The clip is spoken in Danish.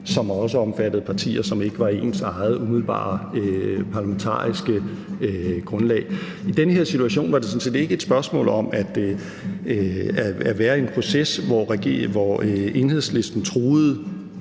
som også har omfattet partier, som ikke var ens eget umiddelbare parlamentariske grundlag. I den her situation var det sådan set ikke et spørgsmål om at være i en proces, hvor Enhedslisten truede